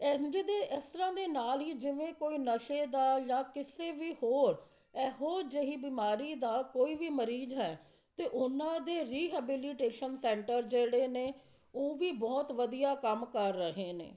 ਇਸ ਤਰ੍ਹਾਂ ਦੇ ਨਾਲ ਹੀ ਜਿਵੇਂ ਕੋਈ ਨਸ਼ੇ ਦਾ ਜਾਂ ਕਿਸੇ ਵੀ ਹੋਰ ਇਹੋ ਜਿਹੀ ਬਿਮਾਰੀ ਦਾ ਕੋਈ ਵੀ ਮਰੀਜ਼ ਹੈ ਤਾਂ ਉਹਨਾਂ ਦੇ ਰੀਹੈਬਿਲੀਟੇਸ਼ਨ ਸੈਂਟਰ ਜਿਹੜੇ ਨੇ ਉਹ ਵੀ ਬਹੁਤ ਵਧੀਆ ਕੰਮ ਕਰ ਰਹੇ ਨੇ